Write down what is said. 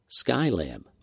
Skylab